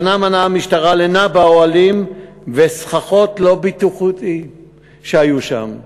השנה מנעה המשטרה לינה באוהלים ובסככות לא בטיחותיים שהיו שם,